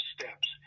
steps